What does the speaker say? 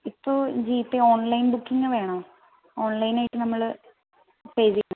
ഇപ്പോൾ G Pay online booking വേണോ online ആയിട്ട് നമ്മൾ പേ ചെയ്യണോ